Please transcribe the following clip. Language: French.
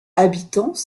habitants